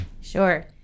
Sure